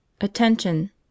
Attention